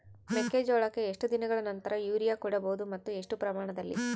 ಮೆಕ್ಕೆಜೋಳಕ್ಕೆ ಎಷ್ಟು ದಿನಗಳ ನಂತರ ಯೂರಿಯಾ ಕೊಡಬಹುದು ಮತ್ತು ಎಷ್ಟು ಪ್ರಮಾಣದಲ್ಲಿ?